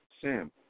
Sam